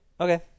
Okay